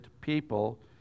people